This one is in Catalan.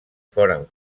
foren